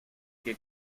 que